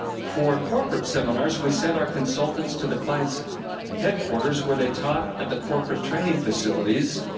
for corporate seminars, we sent our consultants to the client's headquarters, where they taught at the corporate training facilities.